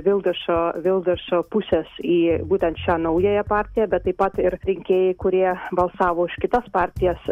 vilderšo vilderšo pusės į būtent šią naująją partiją bet taip pat ir rinkėjai kurie balsavo už kitas partijas